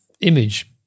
image